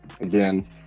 Again